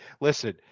listen